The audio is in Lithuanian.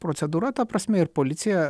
procedūra ta prasme ir policija